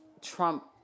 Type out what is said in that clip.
Trump